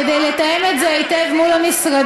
כדי לתאם את זה היטב מול המשרדים,